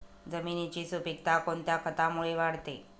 जमिनीची सुपिकता कोणत्या खतामुळे वाढते?